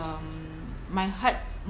um my heart